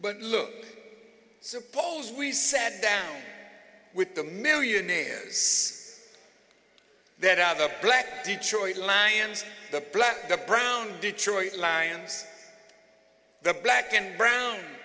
but look suppose we sat down with the millionaires that out of black detroit lions the black the brown detroit lions the black and brown